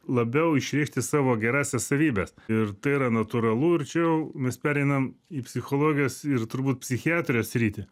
labiau išrišti savo gerąsias savybes ir tai yra natūralu ir čia jau mes pereinam į psichologijos ir turbūt psichiatrijos sritį